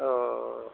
औ